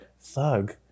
Thug